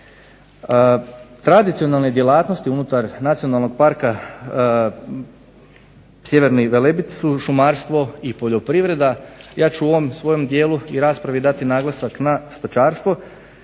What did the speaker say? Tradicionalne djelatnosti unutar nacionalnog parka sjeverni Velebit su šumarstvo i poljoprivreda, ja ću u ovom svom dijelu rasprave dati naglasak na stočarstvo